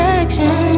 action